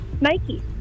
nike